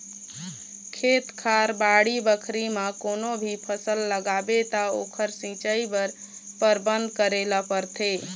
खेत खार, बाड़ी बखरी म कोनो भी फसल लगाबे त ओखर सिंचई बर परबंध करे ल परथे